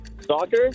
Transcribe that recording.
Soccer